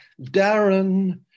Darren